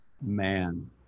man